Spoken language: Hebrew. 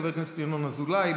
חברי הכנסת ינון אזולאי,